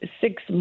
six